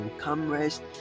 cameras